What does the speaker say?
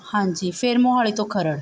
ਹਾਂਜੀ ਫਿਰ ਮੋਹਾਲੀ ਤੋਂ ਖਰੜ